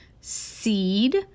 seed